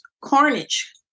carnage